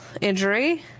injury